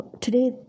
Today